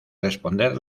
responder